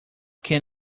can